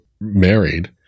married